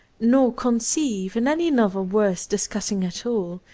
nor conceive, in any novel worth discussing at all,